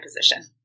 position